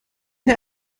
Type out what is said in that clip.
der